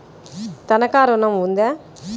తనఖా ఋణం ఉందా?